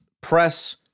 press